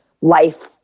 life